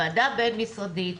ועדה בין-משרדית,